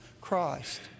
Christ